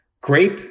Grape